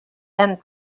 and